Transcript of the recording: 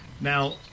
Now